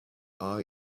are